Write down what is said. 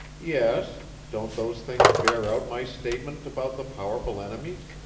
yes don't those things bear out my statement about the powerful enemies?